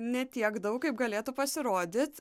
ne tiek daug kaip galėtų pasirodyt